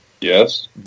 Yes